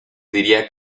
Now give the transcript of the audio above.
diría